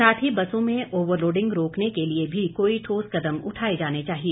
साथ ही बसों में ओवरलोडिंग रोकने के लिए भी कोई ठोस कदम उठाए जाने चाहिए